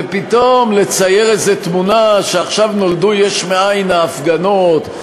ופתאום לצייר איזו תמונה שעכשיו נולדו יש מאין ההפגנות,